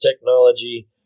technology